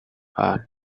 are